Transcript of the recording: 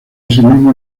asimismo